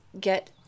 get